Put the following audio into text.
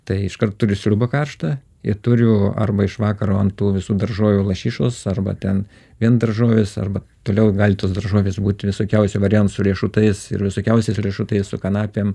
tai iškart turi sriubą karštą i turiu arba iš vakaro ant tų visų daržovių lašišos arba ten vien daržovės arba toliau gali tos daržovės būt visokiausių variantų su riešutais ir visokiausiais riešutais su kanapėm